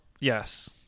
yes